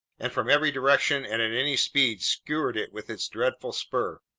and from every direction and at any speed, skewered it with its dreadful spur.